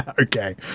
Okay